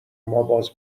ماباز